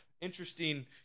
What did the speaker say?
interesting